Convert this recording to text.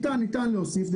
ניתן להוסיף,